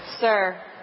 Sir